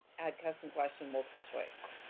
add custom question, multiple choice,